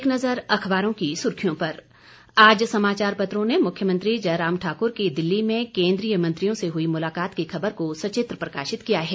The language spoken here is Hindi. एक नज़र अखबारों की सुर्खियों पर आज समाचार पत्रों ने मुख्यमंत्री जयराम ठाकुर की दिल्ली में केंद्रीय मंत्रियों से हुई मुलाकात से जुड़ी खबर को सचित्र प्रकाशित किया है